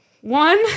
One